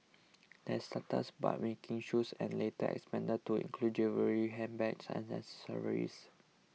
they started us by making shoes and later expanded to include jewellery handbags and accessories